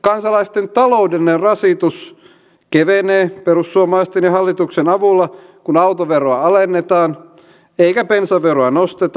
kansalaisten taloudellinen rasitus kevenee perussuomalaisten ja hallituksen avulla kun autoveroa alennetaan eikä bensaveroa nosteta